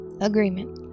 agreement